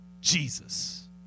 Jesus